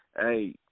hey